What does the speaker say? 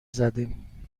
زدیم